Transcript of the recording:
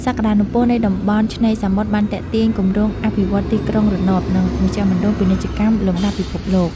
សក្តានុពលនៃតំបន់ឆ្នេរសមុទ្របានទាក់ទាញគម្រោងអភិវឌ្ឍន៍ទីក្រុងរណប និងមជ្ឈមណ្ឌលពាណិជ្ជកម្មលំដាប់ពិភពលោក។